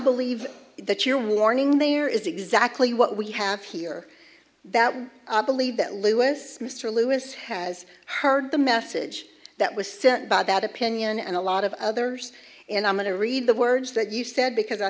believe that your warning there is exactly what we have here that we believe that lewis mr lewis has heard the message that was sent by that opinion and a lot of others and i'm going to read the words that you said because i